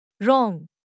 Wrong